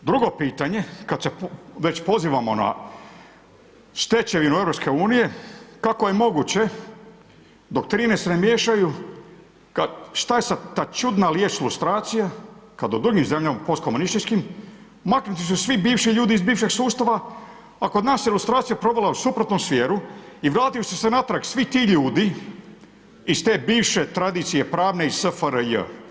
Drugo pitanje, kada se već pozivamo na stečevinu EU, kako je moguće dok … miješaju, šta je sa ta čudna riječ lustracije, kada u drugim zemljama, postkomunističkim maknuti su svi bivši ljudi iz bivšeg sustava, a kod nas ilustracija provela u suprotnom smjeru i vratili su se natrag svi ti ljudi, iz te bivše tradicije pravne, iz SFRJ.